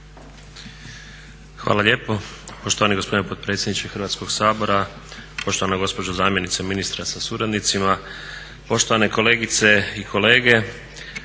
Hvala lijepo poštovani gospodine potpredsjedniče Hrvatskog sabora, poštovana gospođo zamjenice ministra sa suradnicima, poštovane kolegice i kolege.